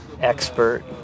Expert